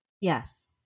Yes